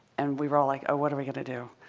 and we were all, like, oh, what are we going to do?